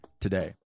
today